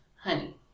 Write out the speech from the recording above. Honey